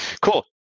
Cool